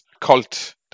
cult